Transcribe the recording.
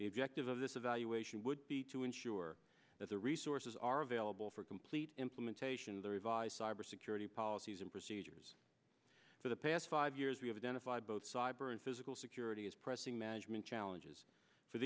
the objective of this evaluation would be to ensure that the resources are available for complete implementation of the revised cybersecurity policies and procedures for the past five years we have identified both cyber and physical security as pressing management challenges for